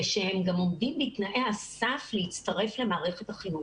ושהם גם עומדים בתנאי הסף להצטרף למערכת החינוך.